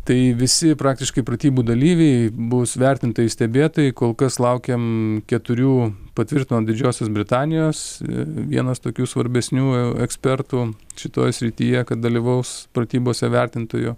tai visi praktiškai pratybų dalyviai bus vertintojai stebėtojai kol kas laukiam keturių patvirtino didžiosios britanijos vienas tokių svarbesnių ekspertų šitoj srityje kad dalyvaus pratybose vertintojo